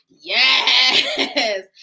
yes